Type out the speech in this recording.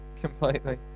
completely